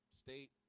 state